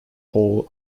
hall